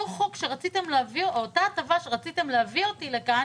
אותה הטבה שבאמצעותה רציתם להביא אותי לכאן